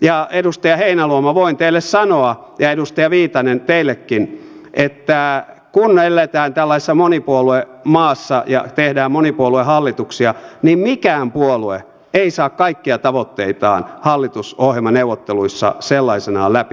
ja edustaja heinäluoma ja edustaja viitanen voin teille sanoa että kun me elämme tällaisessa monipuoluemaassa ja teemme monipuoluehallituksia niin mikään puolue ei saa kaikkia tavoitteitaan hallitusohjelmaneuvotteluissa sellaisenaan läpi